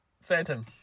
Phantom